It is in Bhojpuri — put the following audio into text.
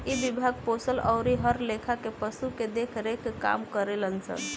इ विभाग पोसल अउरी हर लेखा के पशु के देख रेख के काम करेलन सन